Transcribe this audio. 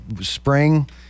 spring